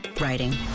writing